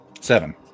Seven